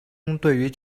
对于